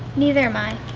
neither am i.